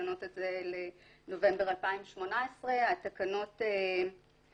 לשנות את זה לנובמבר 2018. התקנות הועברו